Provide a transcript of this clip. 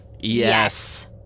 Yes